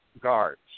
guards